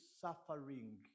suffering